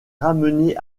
ramené